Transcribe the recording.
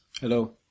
Hello